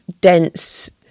dense